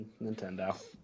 Nintendo